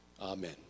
Amen